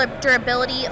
durability